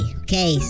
okay